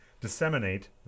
disseminate